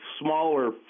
smaller